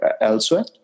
elsewhere